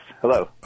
Hello